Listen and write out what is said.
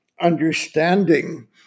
understanding